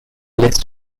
list